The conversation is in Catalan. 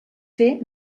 fer